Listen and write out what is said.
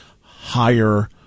higher